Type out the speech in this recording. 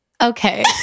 Okay